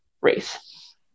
race